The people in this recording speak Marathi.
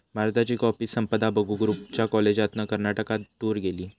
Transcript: भारताची कॉफी संपदा बघूक रूपच्या कॉलेजातना कर्नाटकात टूर गेली